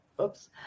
Oops